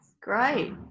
Great